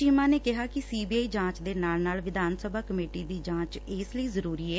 ਚੀਮਾ ਨੇ ਕਿਹਾ ਕਿ ਸੀਬੀਆਈ ਜਾਂਚ ਦੇ ਨਾਲ ਨਾਲ ਵਿਧਾਨ ਸਭਾ ਕਮੇਟੀ ਦੀ ਜਾਂਚ ਇਸ ਲਈ ਜ਼ਰੂਰੀ ਏ